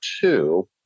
two